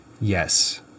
Yes